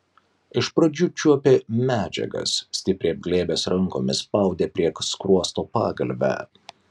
iš pradžių čiuopė medžiagas stipriai apglėbęs rankomis spaudė prie skruosto pagalvę